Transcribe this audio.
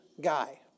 guy